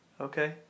Okay